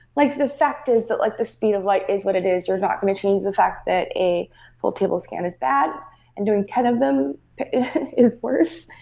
like the fact is that like a speed of light is what it is. we're not going to change the fact that a full table scan is bad and doing ten of them is worse.